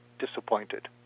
disappointed